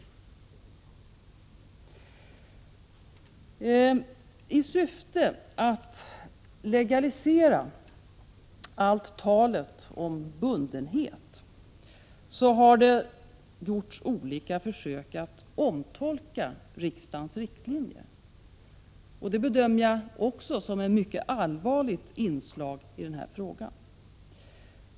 I syfte att legalisera allt talet om bundenhet har det gjorts olika försök att omtolka riksdagens riktlinjer. Det bedömer jag också som ett mycket allvarligt inslag i denna fråga.